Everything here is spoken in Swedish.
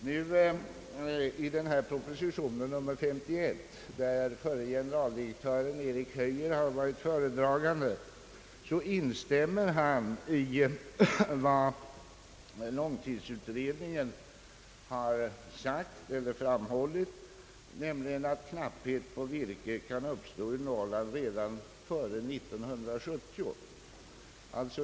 I proposition nr 51, som grundar sig på ett betänkande av f. generaldirektör Erik Höjer som ensamutredare, instämmer denne i vad långtidsutredningen framhållit, nämligen att knapphet på virke kan uppstå i Norrland redan före 1970.